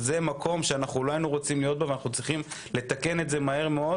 זה מקום שאנחנו לא רוצים להיות בו ואנחנו צריכים לתקן את זה מהר מאוד,